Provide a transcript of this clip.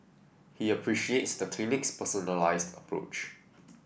he appreciates the clinic's personalised approach